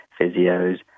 physios